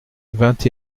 vingt